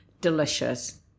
Delicious